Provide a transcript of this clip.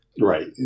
Right